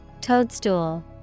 Toadstool